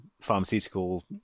pharmaceutical